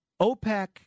OPEC